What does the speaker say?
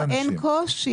אין קושי,